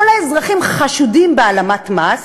כל האזרחים חשודים בהעלמת מס,